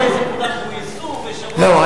לפני זה, כולם גויסו, לא.